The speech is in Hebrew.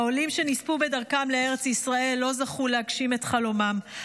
העולים שנספו בדרכם לארץ ישראל לא זכו להגשים את חלומם,